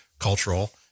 cultural